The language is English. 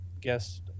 guest